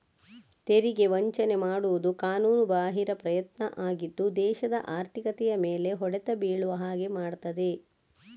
ತೆರಿಗೆ ವಂಚನೆ ಮಾಡುದು ಕಾನೂನುಬಾಹಿರ ಪ್ರಯತ್ನ ಆಗಿದ್ದು ದೇಶದ ಆರ್ಥಿಕತೆಯ ಮೇಲೆ ಹೊಡೆತ ಬೀಳುವ ಹಾಗೆ ಮಾಡ್ತದೆ